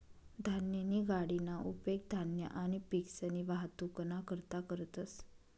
धान्यनी गाडीना उपेग धान्य आणि पिकसनी वाहतुकना करता करतंस